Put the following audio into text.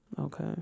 okay